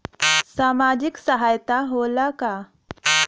सामाजिक सहायता होला का?